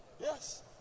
Yes